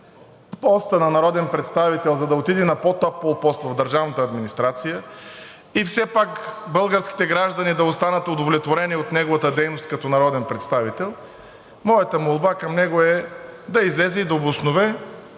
поста на народен представител, за да отиде на по-топъл пост в държавната администрация, и все пак българските граждани да останат удовлетворени от неговата дейност като народен представител моята молба към него е да излезе и да обоснове